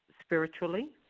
spiritually